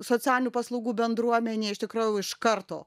socialinių paslaugų bendruomenėj iš tikrųjų jau iš karto